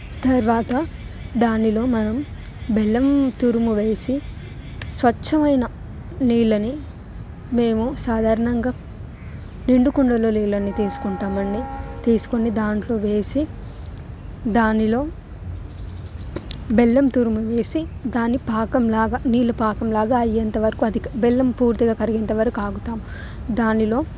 తర్వాత దానిలో మనం బెల్లం తురుము వేసి స్వచ్ఛమైన నీళ్ళని మేము సాధారణంగా నిండు కుండలో నీళ్ళని తీసుకుంటాం అండి తీసుకొని దాంట్లో వేసి దానిలో బెల్లం తురుము వేసి దాని పాకంలాగా నీళ్ళు పాకంలాగా అయ్యేంతవరకు అది బెల్లం పూర్తిగా కరిగేంతవరకు ఆగుతాం దానిలో